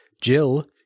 Jill